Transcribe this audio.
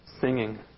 singing